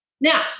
Now